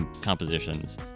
compositions